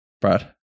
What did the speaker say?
Brad